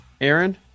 Aaron